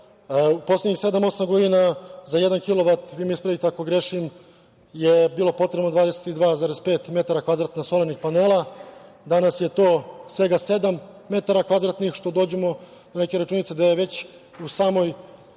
u poslednjih sedam-osam godina za jedan kilovat, vi me ispravite ako grešim je bilo potrebno 22,5 m2 solarnih panela, danas je to svega 7 m2, što dođemo do neke računice da je već u samoj